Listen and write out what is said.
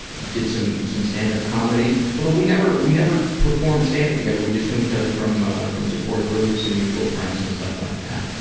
did some some standup comedy. although we never we never performed standup together, we just know each other from ah from support groups and mutual friends and stuff like that.